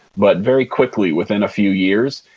but very quickly, within a few years,